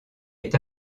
est